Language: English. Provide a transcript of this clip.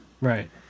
right